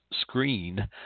screen